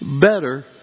Better